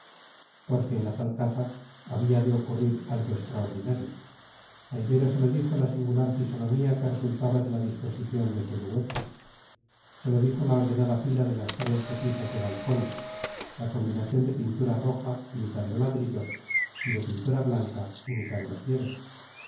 porque en la tal casa había de ocurrir algo extraordinario a ibero se lo dijo la singular fisonomía que resultaba de la disposición de sus huecos se lo dijo la ordenada fila de las tres repisas de balcones la combinación de pintura roja imitando ladrillo y de pintura blanca imitando piedra